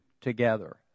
together